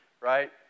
right